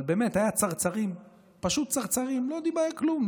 אבל באמת, היו צרצרים, פשוט צרצרים, לא אמר כלום.